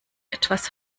etwas